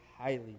highly